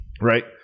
Right